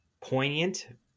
poignant